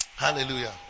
Hallelujah